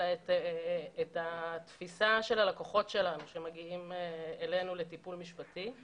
אלא את התפיסה של הלקוחות שלנו שמגיעים אלינו לטיפול משפטי.